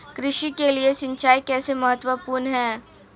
कृषि के लिए सिंचाई कैसे महत्वपूर्ण है?